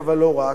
אבל לא רק,